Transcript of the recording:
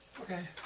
Okay